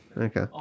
Okay